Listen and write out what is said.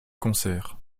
concert